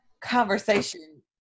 conversation